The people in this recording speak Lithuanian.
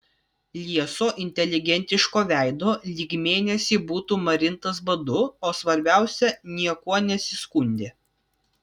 lieso inteligentiško veido lyg mėnesį būtų marintas badu o svarbiausia niekuo nesiskundė